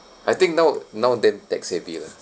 I think now now then tech-savvy lah